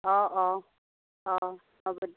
অঁ অঁ অঁ হ'ব